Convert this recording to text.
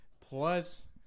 Plus